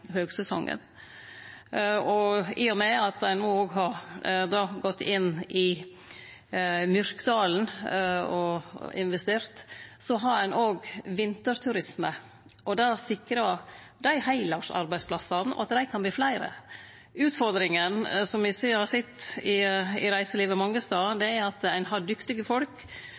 høgsesongen. I og med at ein òg har gått inn og investert i Myrkdalen, har ein òg vinterturisme. Det sikrar heilårsarbeidsplassane og at dei kan verte fleire. Utfordringa me har sett i reiselivet mange stader, er at ein har dyktige folk,